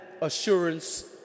assurance